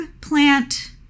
plant